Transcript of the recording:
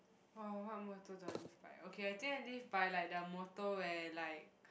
oh what motto do I live by okay I think I live by like the motto where like